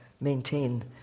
maintain